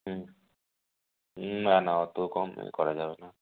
হুম না না অতো কম করা যাবে না